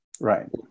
right